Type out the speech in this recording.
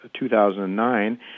2009